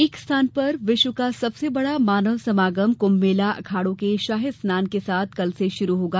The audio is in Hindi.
एक स्थान पर विश्व का सबसे बड़ा मानव समागम कृम्भ मेला अखाड़ों के शाही स्नान के साथ कल से शुरु होगा